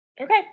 Okay